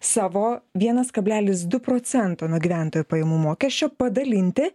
savo vienas kablelis du procento nuo gyventojų pajamų mokesčio padalinti